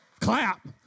clap